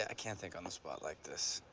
ah can't think on the spot like this.